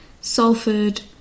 Salford